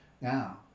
Now